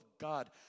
God